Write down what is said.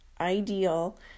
ideal